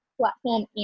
platform